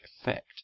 effect